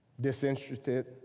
disinterested